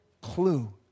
clue